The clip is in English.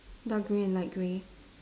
dark grey and light grey